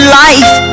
life